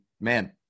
man